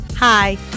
Hi